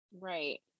Right